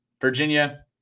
Virginia